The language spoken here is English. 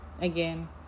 Again